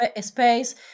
space